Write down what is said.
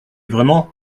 vraiment